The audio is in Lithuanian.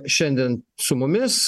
šiandien su mumis